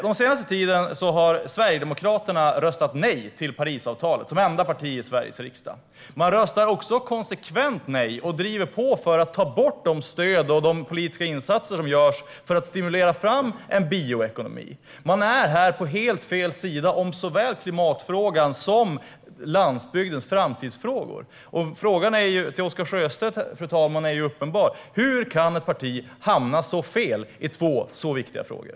Den senaste tiden har Sverigedemokraterna som enda parti i Sveriges riksdag röstat nej till Parisavtalet och konsekvent röstat nej till och drivit på för att ta bort stöd och politiska insatser som görs för att stimulera fram en bioekonomi. Man är på helt fel sida av såväl klimatfrågan som landsbygdens framtidsfrågor. Frågan till Oscar Sjöstedt är uppenbar: Hur kan ett parti hamna så fel i två så viktiga frågor?